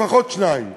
לפחות שניים,